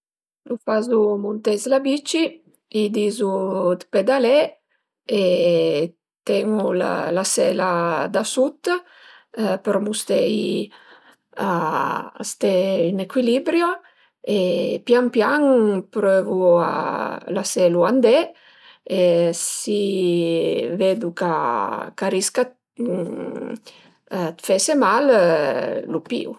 Lu fazu munté s'la bici, i dizu d'pedalé e tenu la sela da sut për musteie a ste ën ecuilibrio e pian pian prövu a laselu andé e si vedu ch'a risca d'fese mal lu pìu